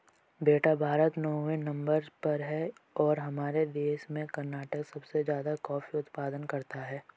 बेटा भारत नौवें नंबर पर है और हमारे देश में कर्नाटक सबसे ज्यादा कॉफी उत्पादन करता है